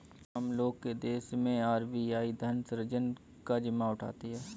हम लोग के देश मैं आर.बी.आई धन सृजन का जिम्मा उठाती है